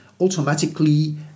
automatically